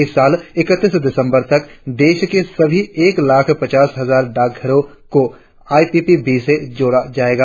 इस साल इकत्तीस दिसंबर तक देश के सभी एक लाख पचास हजार डाकघरों को आई पी पी बी से जोड़ दिया जाएगा